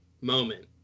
moment